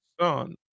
son